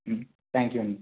thank you అండి